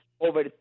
Over